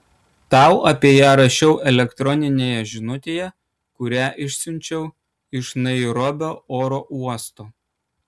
tau apie ją rašiau elektroninėje žinutėje kurią išsiunčiau iš nairobio oro uosto